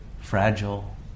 fragile